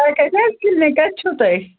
تۅہہِ کَتہِ حظ کِلنِک کَتہِ چھُو تۅہہِ